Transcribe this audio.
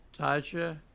Tasha